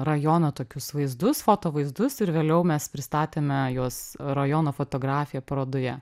rajono tokius vaizdus foto vaizdus ir vėliau mes pristatėmė juos rajono fotografija parodoje